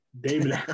David